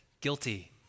guilty